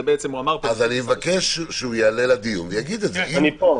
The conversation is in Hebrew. אני מבקש שהוא יעלה לדיון ויגיד את זה.